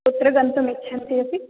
कुत्र गन्तुम् इच्छन्ति अपि